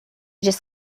just